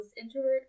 introvert